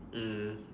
mm